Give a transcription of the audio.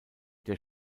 der